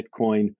Bitcoin